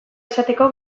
izateko